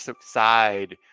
side